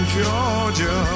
Georgia